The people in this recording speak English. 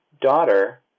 daughter